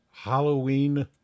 Halloween